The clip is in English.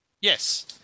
Yes